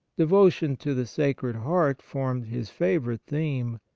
devotion to the sacred heart formed his favourite theme,